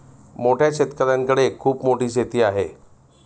मोठ्या शेतकऱ्यांकडे खूप मोठी शेती आहे